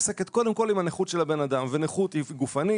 מתעסקת קודם כל עם הנכות של הבן אדם ונכות היא גופנית,